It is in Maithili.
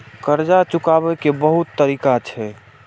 कर्जा चुकाव के बहुत तरीका छै?